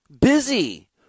Busy